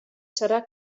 serà